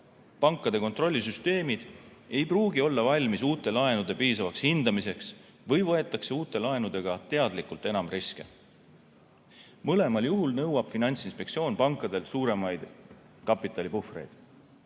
pankade kontrollisüsteemid ei pruugi olla valmis uute laenude piisavaks hindamiseks või võetakse uute laenudega teadlikult enam riske. Mõlemal juhul nõuab Finantsinspektsioon pankadelt suuremaid kapitalipuhvreid.